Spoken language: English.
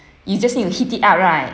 you just need to heat it up right